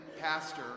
pastor